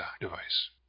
device